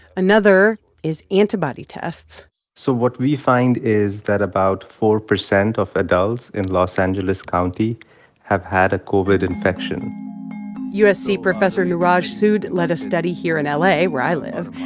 another is antibody tests so what we find is that about four percent of adults in los angeles county have had a covid infection usc professor neeraj sood led a study here in ah la, where i live,